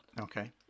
Okay